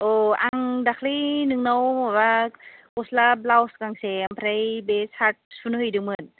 आं दाखालि नोंनाव माबा गस्ला ब्लाउस गांसे आमफ्राय बे सार्ट सुहोनो हैदोंमोन